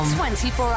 24